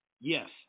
Yes